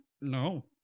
No